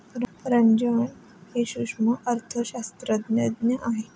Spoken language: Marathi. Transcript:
रंजन हे सूक्ष्म अर्थशास्त्रज्ञ आहेत